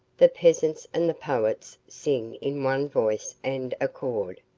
the peasants and the poets sing in one voice and accord,